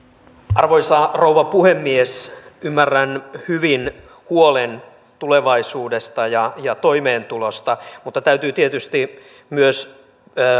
arvoisa rouva puhemies ymmärrän hyvin huolen tulevaisuudesta ja ja toimeentulosta mutta täytyy tietysti huomata myös